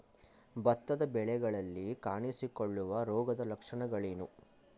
ಭತ್ತದ ಬೆಳೆಗಳಲ್ಲಿ ಕಾಣಿಸಿಕೊಳ್ಳುವ ರೋಗದ ಲಕ್ಷಣಗಳೇನು?